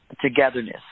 togetherness